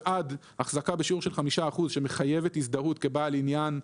ועד החזקה בשיעור של 5% שמחייבת הזדהות כבעל עניין,